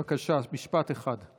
בבקשה, משפט אחד.